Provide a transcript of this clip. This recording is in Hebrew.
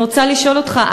אני רוצה לשאול אותך,